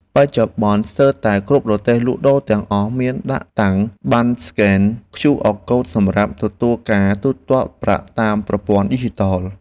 បច្ចុប្បន្នស្ទើរតែគ្រប់រទេះលក់ដូរទាំងអស់មានដាក់តាំងប័ណ្ណស្កែនឃ្យូអរកូដសម្រាប់ទទួលការទូទាត់ប្រាក់តាមប្រព័ន្ធឌីជីថល។